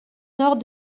nord